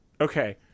okay